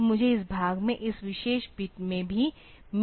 तो मुझे इस भाग में इस विशेष बिट में ही दिलचस्पी है